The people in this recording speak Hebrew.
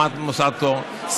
למד במוסד פטור,